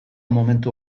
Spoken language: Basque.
momentu